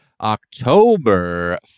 October